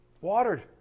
Watered